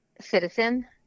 citizen